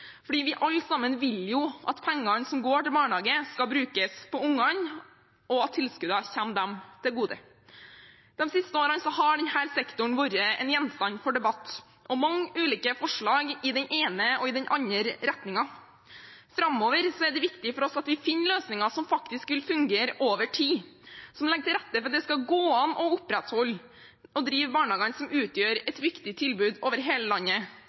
vi vil jo alle at pengene som går til barnehage, skal brukes på ungene, og at tilskuddene skal komme dem til gode. De siste årene har denne sektoren vært en gjenstand for debatt, og mange ulike forslag i den ene og den andre retningen. Framover er det viktig for oss at vi finner løsninger som faktisk vil fungere over tid, og som legger til rette for at det skal gå an å opprettholde og drive barnehagene, som utgjør et viktig tilbud over hele landet,